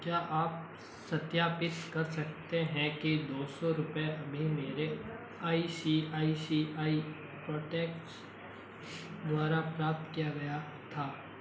क्या आप सत्यापित कर सकते हैं कि दो सौ रुपये में मेरे आई सी आई सी आई प्रोटेक्ट्स द्वारा प्राप्त किया गया था